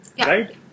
Right